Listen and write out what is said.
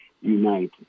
unite